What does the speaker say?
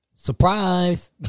Surprise